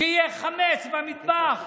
שיהיה חמץ במטבח,